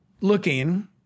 looking